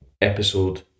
episode